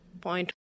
point